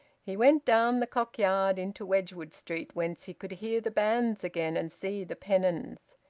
he went down the cock yard into wedgwood street, whence he could hear the bands again and see the pennons.